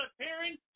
appearing